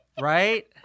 right